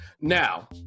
now